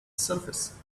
surface